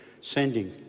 sending